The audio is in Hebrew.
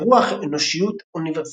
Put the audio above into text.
לרוח אנושית אוניברסלית.